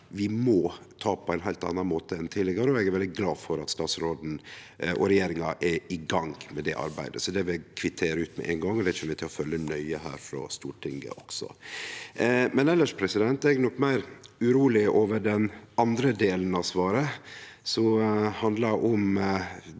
vi må ta på ein heilt annan måte enn tidlegare, og eg er veldig glad for at statsråden og regjeringa er i gang med det arbeidet. Det vil eg kvittere ut med ein gong. Det kjem vi til å følgje nøye her frå Stortinget også. Elles er eg nok meir uroleg over den andre delen av svaret, som handla om